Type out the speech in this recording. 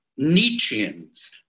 Nietzscheans